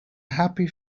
happy